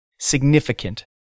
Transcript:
significant